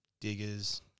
diggers